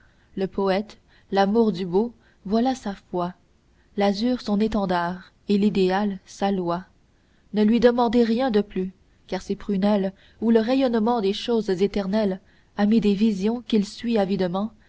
le poète l'amour du beau voilà sa foi l'azur son étendard et l'idéal sa loi ne lui demandez rien de plus car ses prunelles où le rayonnement des choses éternelles a mis des visions qu'il suit avidement